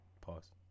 Pause